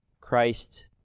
Christ